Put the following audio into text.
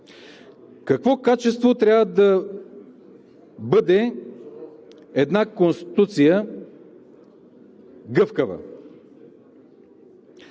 Какво е качеството да бъде една Конституция гъвкава?